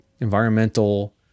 environmental